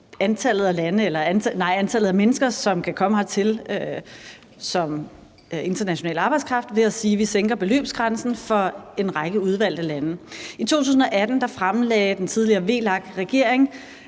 antallet af mennesker, som kan komme hertil som international arbejdskraft, ved at sige, at vi sænker beløbsgrænsen for en række udvalgte lande. I 2018 fremsatte den tidligere VLAK-regering